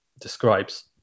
describes